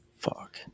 fuck